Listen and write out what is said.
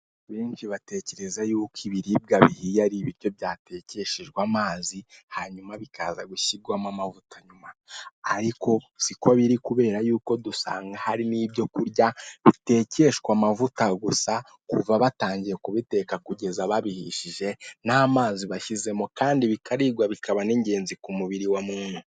Benshi batekereza y'uko ibiribwa bihiye ari ibiryo byatekeshejwe amazi hanyuma bikaza gushyirwamo amavuta nyuma, ariko siko biri kubera yuko dusanga hari n'ibyo kurya bitekeshwa amavuta gusa kuva batangiye kubiteka kugeza babihishije nta amazi babishyizemo kandi bikaba n'ingenzi ku mubiri wa muntu.